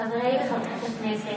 חברי וחברות הכנסת,